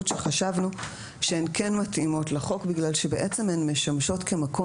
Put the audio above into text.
חשבנו שהן כן מתאימות כי בעצם הן משמשות כמקום